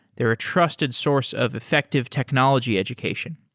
they're a trusted source of effective technology education.